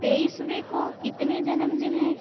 तेईसवें को कितने जन्मदिन हैं